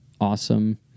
awesome